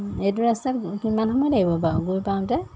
এইটো ৰাস্তাত কিমান সময় লাগিব বাৰু গৈ পাওঁতে